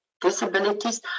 disabilities